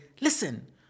listen